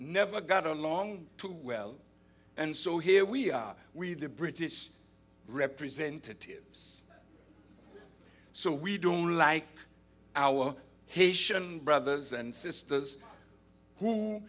never got along too well and so here we are we the british representatives so we don't like our haitian brothers and sisters who